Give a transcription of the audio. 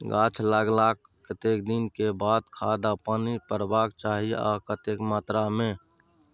गाछ लागलाक कतेक दिन के बाद खाद आ पानी परबाक चाही आ कतेक मात्रा मे?